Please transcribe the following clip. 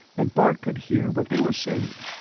and bart could hear what they were saying.